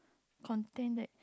contain that